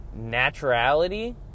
naturality